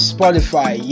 Spotify